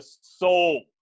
soul